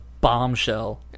bombshell